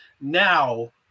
Now